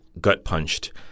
gut-punched